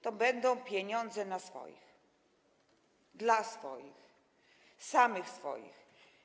To będą pieniądze na swoich, dla swoich, samych swoich.